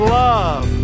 love